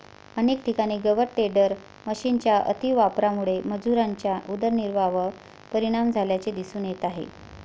अनेक ठिकाणी गवत टेडर मशिनच्या अतिवापरामुळे मजुरांच्या उदरनिर्वाहावर परिणाम झाल्याचे दिसून येत आहे